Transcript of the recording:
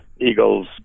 eagles